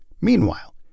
meanwhile